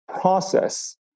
process